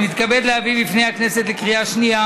אני מתכבד להביא בפני הכנסת לקריאה שנייה